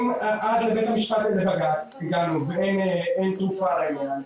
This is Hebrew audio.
אם הגענו עד לבג"צ ואין תרופה לעניין,